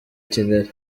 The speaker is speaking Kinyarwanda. kigali